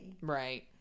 Right